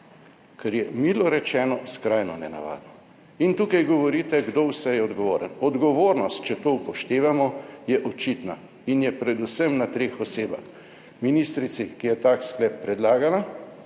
kar je milo rečeno skrajno nenavadno. In tukaj govorite, kdo vse je odgovoren. Odgovornost, če to upoštevamo, je očitna in je predvsem na treh osebah. Ministrici, ki je tak sklep predlagala,